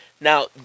Now